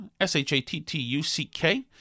S-H-A-T-T-U-C-K